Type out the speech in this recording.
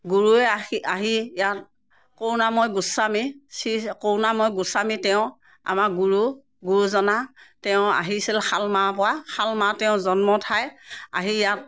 গুৰুৱে আহি আহি আহি ইয়াত কৰুণাময় গোস্বামী শ্ৰী কৰুণাময় গোস্বামী তেওঁ আমাৰ গুৰু গুৰুজনা তেওঁ আহিছিল শালমৰা পৰা শালমৰা তেওঁৰ জন্ম ঠাই আহি ইয়াত